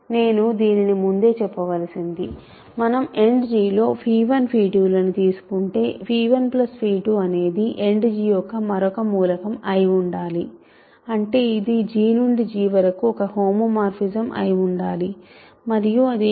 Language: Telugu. నేను దీనిని ముందే చెప్పవలసింది మనం End లో 12లను తీసుకుంటే 12 అనేది End యొక్క మరొక మూలకం అయి ఉండాలి అంటే ఇది G నుండి G వరకు ఒక హోమోమార్ఫిజం అయి ఉండాలి మరియు అది ఏమిటి